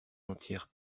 entière